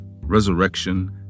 resurrection